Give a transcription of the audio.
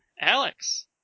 Alex